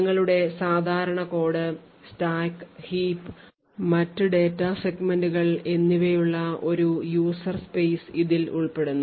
നിങ്ങളുടെ സാധാരണ code stack heap മറ്റ് ഡാറ്റ സെഗ്മെന്റുകൾ എന്നിവയുള്ള ഒരു user space ഇതിൽ ഉൾപ്പെടുന്നു